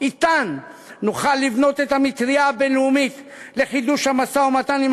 שאתן נוכל לבנות את המטרייה הבין-לאומית לחידוש המשא-ומתן עם